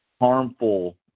harmful